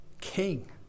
king